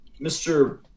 Mr